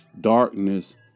darkness